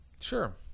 Sure